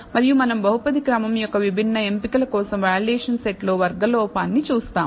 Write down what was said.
మరియు మనం బహుపది క్రమం యొక్క విభిన్న ఎంపికల కోసం వాలిడేషన్ సెట్లో వర్గ లోపాన్ని చూస్తాము